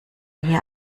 hier